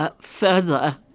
further